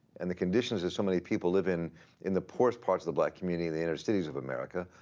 and the conditions that so many people live in in the poorest parts of the black community in the inner cities of america,